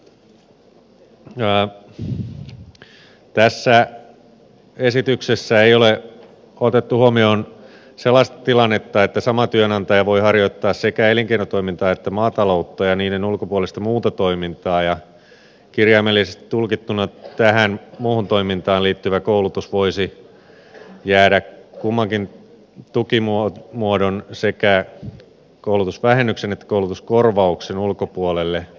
tässä esityksessä ei ole otettu huomioon sellaista tilannetta että sama työnantaja voi harjoittaa sekä elinkeinotoimintaa että maataloutta ja niiden ulkopuolista muuta toimintaa ja kirjaimellisesti tulkittuna tähän muuhun toimintaan liittyvä koulutus voisi jäädä kummankin tukimuodon sekä koulutusvähennyksen että koulutuskorvauksen ulkopuolelle